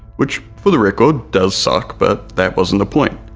which for the record does suck but that wasn't the point,